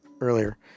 earlier